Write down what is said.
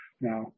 now